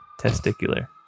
Testicular